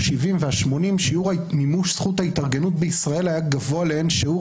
ה-70 וה-80 שיעור מימוש זכות ההתארגנות בישראל היה גבוה לאין שיעור